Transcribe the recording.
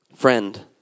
Friend